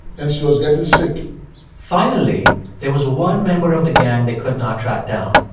and she was getting sick finally, there was one member of the gang they could not track down.